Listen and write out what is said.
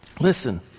Listen